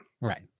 Right